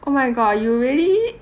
oh my god you really